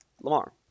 Lamar